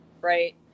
Right